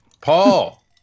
Paul